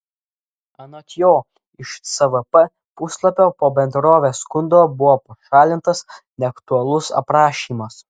anot jo iš cvp puslapio po bendrovės skundo buvo pašalintas neaktualus aprašymas